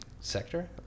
sector